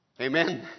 Amen